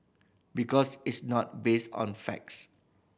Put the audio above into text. because it's not based on facts